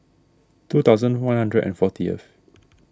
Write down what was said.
two thousand one hundred and fortieth